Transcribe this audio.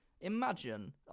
imagine